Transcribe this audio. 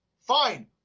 fine